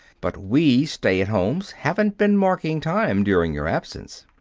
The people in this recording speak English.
but we stay-at-homes haven't been marking time during your absence.